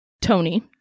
Tony